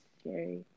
scary